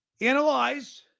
analyze